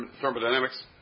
thermodynamics